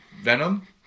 Venom